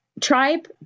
tribe